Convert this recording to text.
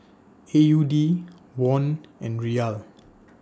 A U D Won and Riyal